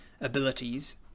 abilities